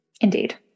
Indeed